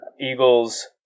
Eagles